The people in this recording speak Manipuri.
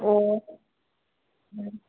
ꯑꯣ ꯎꯝ